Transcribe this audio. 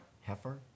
Heifer